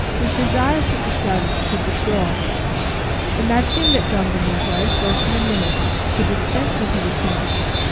was desirous that the servant should withdraw imagining that don benito for a few minutes could dispense with his attendance.